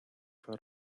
for